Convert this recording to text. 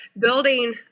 building –